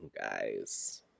guys